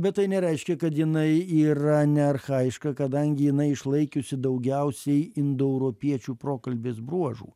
bet tai nereiškia kad jinai yra ne archajiška kadangi jinai išlaikiusi daugiausiai indoeuropiečių prokalbės bruožų